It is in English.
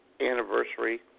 anniversary